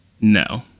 No